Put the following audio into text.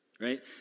right